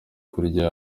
kurya